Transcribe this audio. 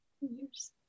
years